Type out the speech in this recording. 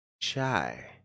chai